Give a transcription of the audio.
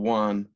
one